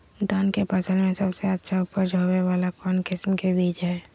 धान के फसल में सबसे अच्छा उपज होबे वाला कौन किस्म के बीज हय?